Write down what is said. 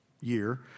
year